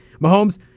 Mahomes